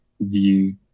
view